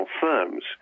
firms